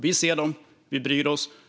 Vi ser dem, och vi bryr oss.